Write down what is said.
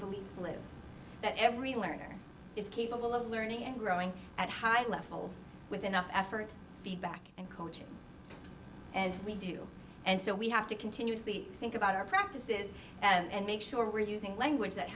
beliefs live that every learner is capable of learning and growing at high levels with enough effort beat back and coaching and we do and so we have to continuously think about our practices and make sure we're using language that